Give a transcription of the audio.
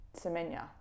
Semenya